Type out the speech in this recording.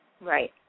Right